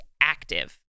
active